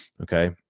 Okay